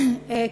בבקשה.